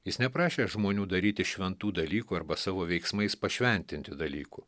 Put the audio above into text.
jis neprašė žmonių daryti šventų dalykų arba savo veiksmais pašventinti dalykų